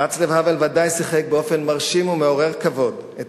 ואצלב האוול ודאי שיחק באופן מרשים ומעורר כבוד את